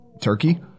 Turkey